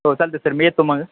हो चालतेय सर मी येतो मग